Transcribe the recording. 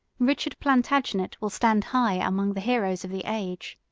richard plantagenet will stand high among the heroes of the age.